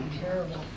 terrible